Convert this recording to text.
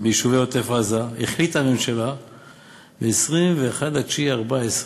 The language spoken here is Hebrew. ביישובי עוטף-עזה החליטה הממשלה ב-21 בספטמבר 2014,